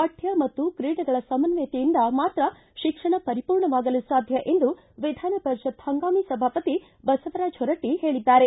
ಪಠ್ಯ ಮತ್ತು ಕ್ರೀಡೆಗಳ ಸಮಸ್ವಯತೆಯಿಂದ ಮಾತ್ರ ಶಿಕ್ಷಣ ಪರಿಪೂರ್ಣವಾಗಲು ಸಾಧ್ಯ ಎಂದು ವಿಧಾನಪರಿಷತ್ ಪಂಗಾಮಿ ಸಭಾಪತಿ ಬಸವರಾಜ ಹೊರಟ್ಟ ಹೇಳಿದ್ದಾರೆ